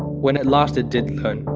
when at last, it did learn,